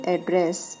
Address